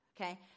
okay